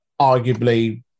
arguably